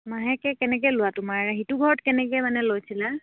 মাহেকে কেনেকে লোৱা তোমাৰ সেইটো ঘৰত কেনেকে মানে লৈছিলা